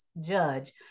judge